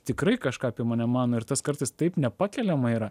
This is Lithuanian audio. tikrai kažką apie mane mano ir tas kartas taip nepakeliama yra